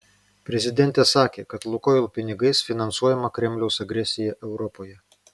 prezidentė sakė kad lukoil pinigais finansuojama kremliaus agresija europoje